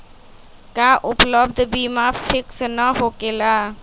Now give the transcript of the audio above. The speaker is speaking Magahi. का उपलब्ध बीमा फिक्स न होकेला?